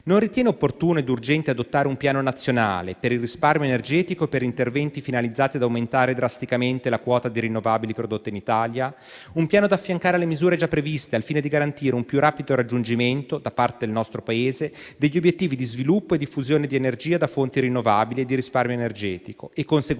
non ritiene opportuno e urgente adottare un piano nazionale per il risparmio energetico per interventi finalizzati ad aumentare drasticamente la quota di rinnovabili prodotta in Italia; un piano da affiancare alle misure già previste al fine di garantire un più rapido raggiungimento da parte del nostro Paese degli obiettivi di sviluppo e diffusione di energia da fonti rinnovabili e di risparmio energetico e, conseguentemente,